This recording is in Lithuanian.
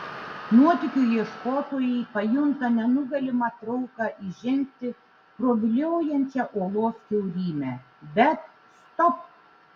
nuotykių ieškotojai pajunta nenugalimą trauką įžengti pro viliojančią olos kiaurymę bet stop